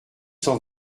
s’en